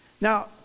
Now